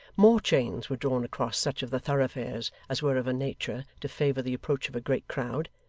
more chains were drawn across such of the thoroughfares as were of a nature to favour the approach of a great crowd,